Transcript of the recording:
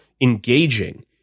engaging